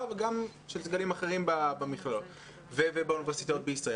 וגם של סגלים אחרים במכללות ובאוניברסיטאות בישראל,